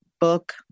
book